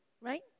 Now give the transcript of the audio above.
Right